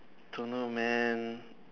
don't know man